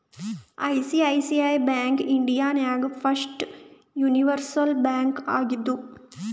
ICICI bank India ನಾಗ್ first universal bank ಆಗಿದ್ದು